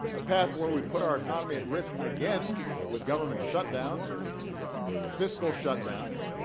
a path where we put our economy at risk again with government shutdowns, or fiscal shutdowns